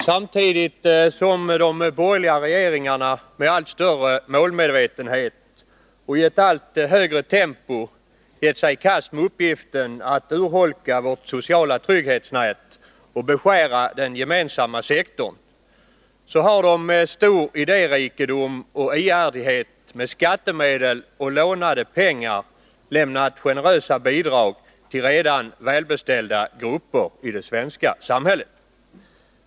Samtidigt som de borgerliga regeringarna med allt större målmedvetenhet och i ett allt högre tempo gett sig i kast med uppgiften att urholka vårt sociala trygghetsnät och beskära den gemensamma sektorn, har de med stor idérikedom och ihärdighet med skattemedel och lånade pengar lämnat generösa bidrag till redan välbeställda grupper i det svenska samhället.